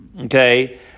okay